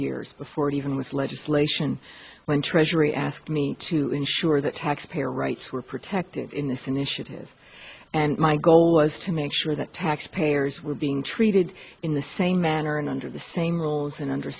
years before it even was legislation when treasury asked me to ensure that taxpayer rights were protected in this initiative and my goal was to make sure that taxpayers were being treated in the same manner and under the same rules and under